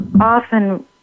often